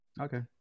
Okay